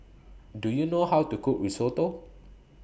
Do YOU know How to Cook Risotto